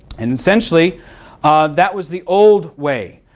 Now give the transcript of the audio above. and essentially that was the old way.